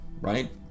right